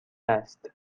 است